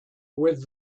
with